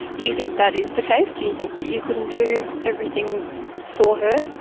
do you think that is the case? do you think that you couldn't do everything for her?